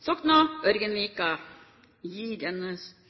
Sokna–Ørgenvika-strekningen gir